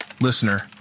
Listener